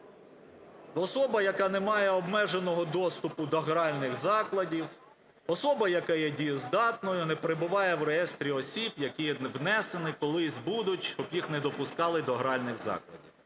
особа, яка не має обмеженого доступу до гральних закладів, особа, яка є дієздатною, не перебуває у Реєстрі осіб, в який внесені колись будуть, щоб їх не допускали до гральних закладів.